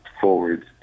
forward